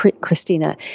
Christina